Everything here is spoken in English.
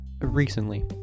recently